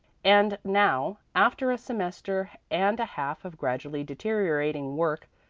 and now, after a semester and a half of gradually deteriorating work,